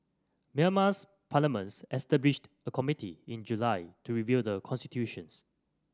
Myanmar's parliaments established a committee in July to reviewed the constitutions